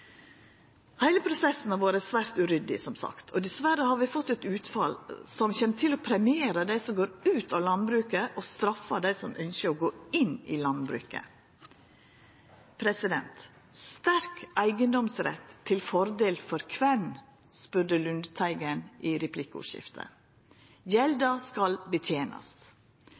Heile prosessen har vore svært uryddig, som sagt, og dessverre har vi fått eit utfall som kjem til å premiera dei som går ut av landbruket, og straffa dei som ønskjer å gå inn i landbruket. Sterk eigedomsrett til fordel for kven, spurde representanten Lundteigen i replikkordskiftet. Gjelda skal betenast.